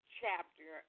chapter